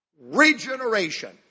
regeneration